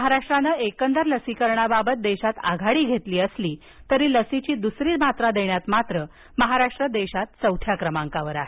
महाराष्ट्रानं एकंदर लसिकरणाबाबत देशात आघाडी घेतली असली तरी लसीची दुसरी मात्रा देण्यात मात्र महाराष्ट्र देशात चौथ्या क्रमांकावर आहे